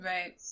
Right